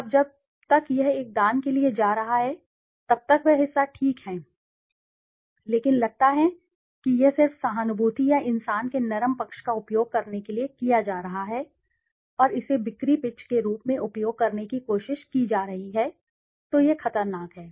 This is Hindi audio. अब जब तक यह एक दान के लिए जा रहा है तब तक वह हिस्सा ठीक है लेकिन लगता है कि यह सिर्फ सहानुभूति या इंसान के नरम पक्ष का उपयोग करने के लिए किया जा रहा है और इसे बिक्री पिच के रूप में उपयोग करने की कोशिश की जा रही है तो यह खतरनाक है